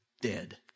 dead